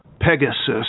Pegasus